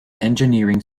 engineering